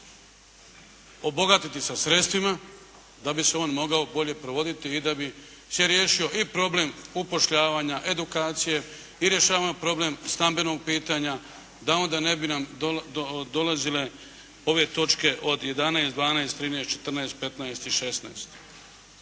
obogatiti sa sredstvima da bi se on mogao bolje provoditi i da bi se riješio i problem upošljavanja, edukacije i rješavao problem stambenog pitanja da onda ne bi nam dolazile ove točke od 11, 12, 13, 14, 15 i 16.